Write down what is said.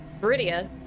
Viridia